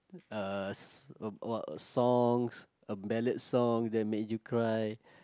uh s~ what songs uh ballad songs that made you cry